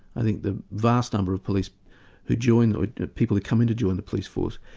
i think the vast number of police who join, ah people who come in to join the police force,